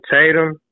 Tatum